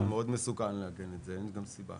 זה מאוד מסוכן לעגן את זה, ואין לזה גם סיבה.